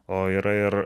o yra ir